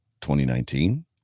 2019